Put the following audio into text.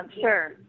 Sure